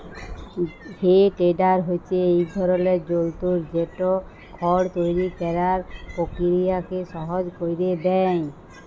হে tedder হছে ইক ধরলের যল্তর যেট খড় তৈরি ক্যরার পকিরিয়াকে সহজ ক্যইরে দেঁই